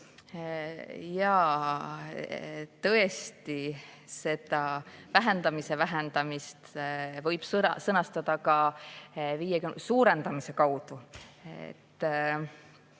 Jaa, tõesti, seda vähendamise vähendamist võib sõnastada ka suurendamise kaudu.